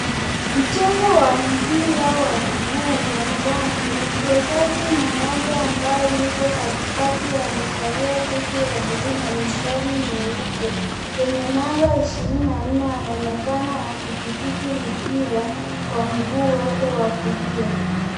Mchezo wa mpila wa miguu uwanjani mchezaji mmoja ambaye yuko kati kati amefalia chesi ya blue na mistari nyeupe, yenye namba ishirini na nne anaonekana akitibithi mpira, kwa mguu wake wa kulia.